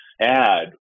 add